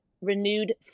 renewed